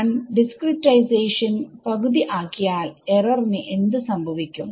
ഞാൻ ഡിസ്ക്രിടൈസേഷൻപകുതി ആക്കിയാൽ എറർ ന് എന്ത് സംഭവിക്കും